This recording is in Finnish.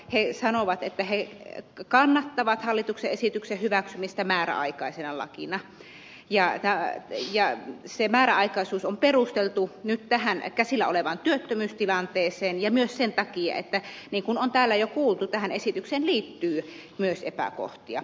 he sanovat että he kannattavat hallituksen esityksen hyväksymistä määräaikaisena lakina ja se määräaikaisuus on perusteltu nyt tämän käsillä olevan työttömyystilanteen ja myös sen takia että niin kuin on täällä jo kuultu tähän esitykseen liittyy myös epäkohtia